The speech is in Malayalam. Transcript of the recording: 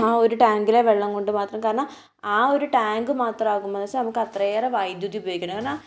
ആ ഒരു ടാങ്കിലെ വെള്ളം കൊണ്ട് മാത്രം കാരണം ആ ഒരു ടാങ്ക് മാത്രമാകുമ്പോൾ എന്നു വെച്ചാൽ നമുക്ക് അത്രയേറെ വൈദ്യുതി ഉപയോഗിക്കണമെന്ന് പറഞ്ഞാൽ